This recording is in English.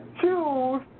choose